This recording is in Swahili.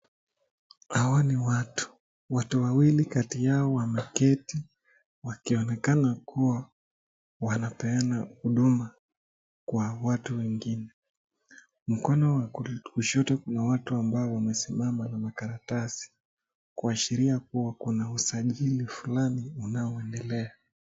Hawa ni watu, watu wawili kati yao wameketi, wakionekana kuwa wanapeana huduma kwa watu wengine. Mkono wa kushoto kun watu ambao wamesimama na makaratasi, kuashiria kuwa kuna usajili fulani unaoendelea.